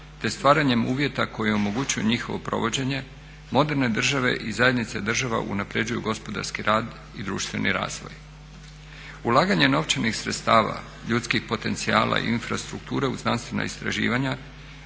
te stvaranjem uvjeta koji omogućuju njihovo provođenje moderne države i zajednice država unapređuju gospodarski rad i društveni razvoj. Ulaganje novčanih sredstava, ljudskih potencijala i infrastrukture u znanstvena istraživanja